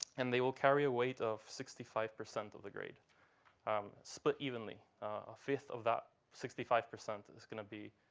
and they will carry a weight of sixty five percent of the grade split evenly. a fifth of that sixty five percent is going to be